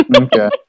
Okay